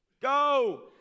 Go